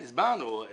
הסברנו.